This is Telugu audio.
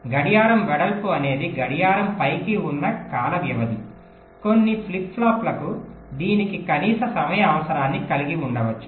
గడియారం వెడల్పు అనేది గడియారం పైకి ఉన్న కాల వ్యవధి కొన్ని ఫ్లిప్ ఫ్లాప్లకు దీనికి కనీస సమయ అవసరాన్ని కలిగి ఉండవచ్చు